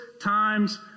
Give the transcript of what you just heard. times